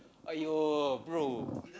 !aiyo! bro